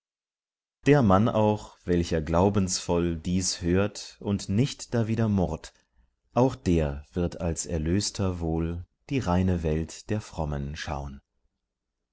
der mann auch welcher glaubensvoll dies hört und nicht dawider mu auch der wird als erlöster wohl die reine welt der frommen schaun